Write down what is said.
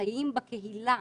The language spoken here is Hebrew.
חיים בקהילה,